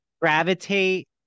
gravitate